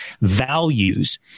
values